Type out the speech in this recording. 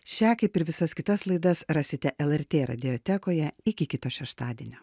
šią kaip ir visas kitas laidas rasite lrt radiotekoje iki kito šeštadienio